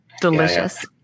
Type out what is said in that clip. delicious